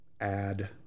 add